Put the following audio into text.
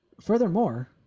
Furthermore